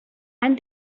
and